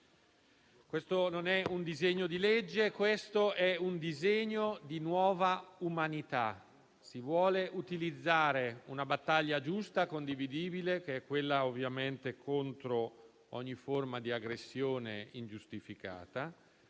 questo non è un disegno di legge: questo è un disegno di nuova umanità. Si vuole utilizzare una battaglia giusta e condividibile, quella contro ogni forma di aggressione ingiustificata,